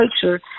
culture